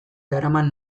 daraman